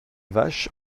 vaches